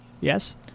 Yes